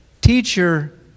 Teacher